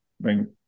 bring